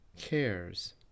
cares